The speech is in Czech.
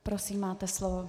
Prosím, máte slovo.